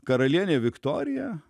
karalienė viktorija